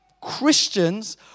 Christians